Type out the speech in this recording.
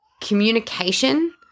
communication